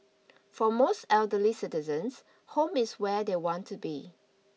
for most elderly citizens home is where they want to be